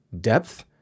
depth